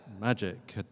magic